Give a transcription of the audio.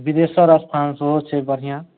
बिदेशर स्थान सेहो छै बढ़िआँ